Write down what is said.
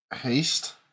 Haste